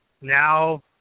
now